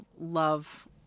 love